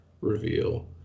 reveal